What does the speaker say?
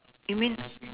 you mean